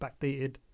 backdated